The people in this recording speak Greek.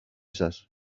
σας